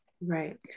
right